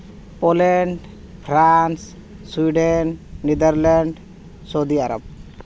Poland France Sweden Netherlands Saudi Arab